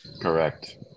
Correct